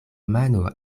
mano